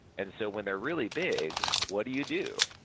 and so when they're really big, what do you do?